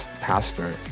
pastor